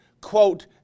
quote